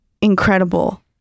incredible